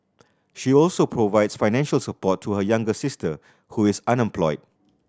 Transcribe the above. she also provides financial support to her younger sister who is unemployed